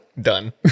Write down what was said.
Done